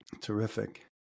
Terrific